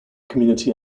community